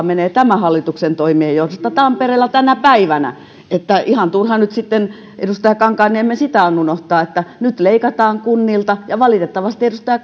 menee tämän hallituksen toimiin tampereella tänä päivänä että ihan turha nyt sitten edustaja kankaanniemi sitä on unohtaa että nyt leikataan kunnilta ja valitettavasti edustaja